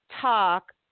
talk